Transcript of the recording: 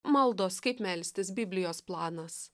maldos kaip melstis biblijos planas